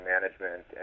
management